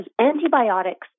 antibiotics